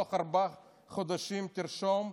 תוך ארבעה חודשים, תרשום,